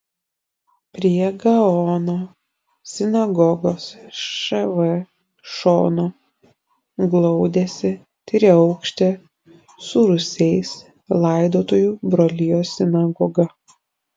prie gaono sinagogos šv šono glaudėsi triaukštė su rūsiais laidotojų brolijos sinagoga